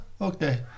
okay